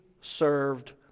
served